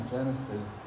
Genesis